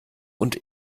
und